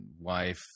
wife